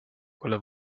quella